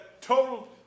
total